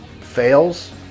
fails